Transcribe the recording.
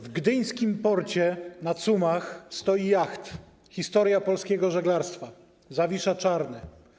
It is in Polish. W gdyńskim porcie na cumach stoi jacht, historia polskiego żeglarstwa, ˝Zawisza Czarny˝